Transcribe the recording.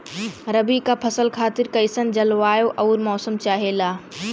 रबी क फसल खातिर कइसन जलवाय अउर मौसम चाहेला?